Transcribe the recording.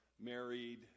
married